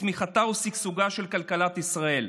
בצמיחתה ובשגשוגה של כלכלת ישראל.